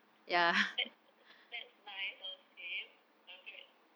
that that's that's nice of him congrats